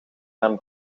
zijn